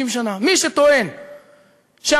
הוא דגל בה,